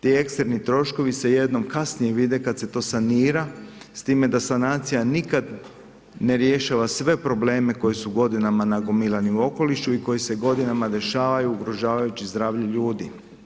Ti ekstremni troškovi se jednom kasnije vide kada se to sanira, s time da sanacija nikad ne rješava sve probleme koji su godinama nagomilani u okolišu i koji se godinama dešavaju ugrožavajući zdravlje ljudi.